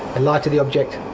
lighter the object,